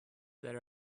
that